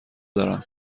دارم